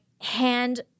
hand-